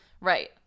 right